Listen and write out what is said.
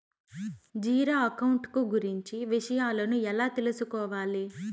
Zero account కు గురించి విషయాలను ఎలా తెలుసుకోవాలి?